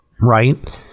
right